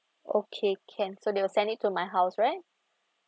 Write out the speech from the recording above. okay can so they will send it to my house right